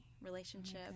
relationship